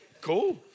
cool